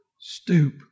Stoop